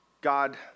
God